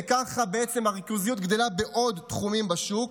וככה בעצם הריכוזיות גדלה בעוד תחומים בשוק,